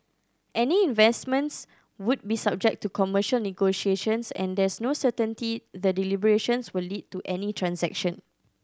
any investments would be subject to commercial negotiations and there's no certainty the deliberations will lead to any transaction